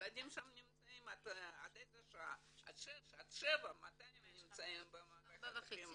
ילדים שם נמצאים עד 18:00, 19:00 במערכת החינוך